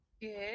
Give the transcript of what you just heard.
Good